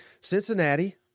cincinnati